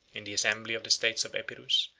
in the assembly of the states of epirus,